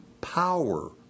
power